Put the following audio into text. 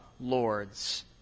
lords